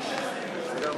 התשע"ג 2013, לדיון